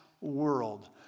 world